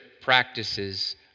practices